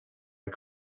and